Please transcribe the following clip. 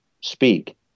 speak